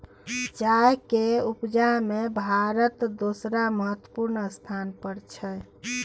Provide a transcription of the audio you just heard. चाय केर उपजा में भारत दोसर महत्वपूर्ण स्थान पर छै